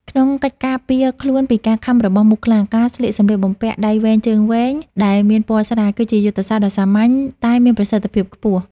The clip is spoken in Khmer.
ក្នុងកិច្ចការពារខ្លួនពីការខាំរបស់មូសខ្លា ការស្លៀកសម្លៀកបំពាក់ដៃវែងជើងវែងដែលមានពណ៌ស្រាល គឺជាយុទ្ធសាស្ត្រដ៏សាមញ្ញតែមានប្រសិទ្ធភាពខ្ពស់។